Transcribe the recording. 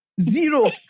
Zero